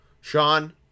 Sean